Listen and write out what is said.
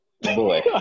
Boy